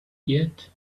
yet